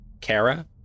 Kara